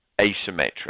asymmetric